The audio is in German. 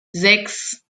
sechs